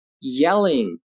yelling